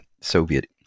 Soviet